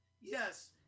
Yes